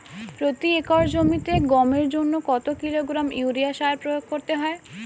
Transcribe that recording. প্রতি একর জমিতে গমের জন্য কত কিলোগ্রাম ইউরিয়া সার প্রয়োগ করতে হয়?